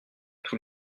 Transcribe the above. tous